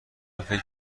فکر